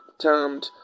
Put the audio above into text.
termed